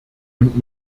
und